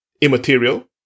immaterial